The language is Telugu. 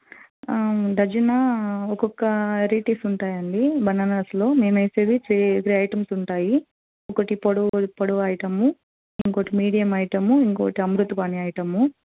డజను ఒక్కొక్క వెరైటీస్ ఉంటాయండి బనానాస్లో మేమేసేది త్రీ ఐటమ్స్ ఉంటాయి ఒకటి పొడువు పొడువు ఐటము ఇంకొకటి మీడియం ఐటము ఇంకొకటి అమృతపాణి ఐటము